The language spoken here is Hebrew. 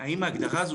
ההגדרה הזאת